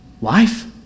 life